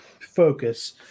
focus